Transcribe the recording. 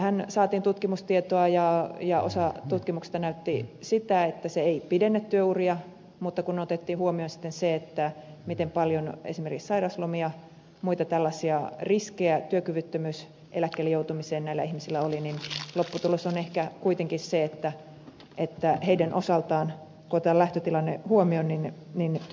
siitähän saatii tutkimustietoa ja osa tutkimuksista näytti sitä että se ei pidennä työuria mutta kun otettiin huomioon sitten se miten paljon esimerkiksi sairauslomia ja muita tällaisia riski joutua työkyvyttömyyseläkkeelle näillä ihmisillä oli niin lopputulos on ehkä kuitenkin se että heidän osaltaan kun otetaan lähtötilanne huomioon työurat pitenivät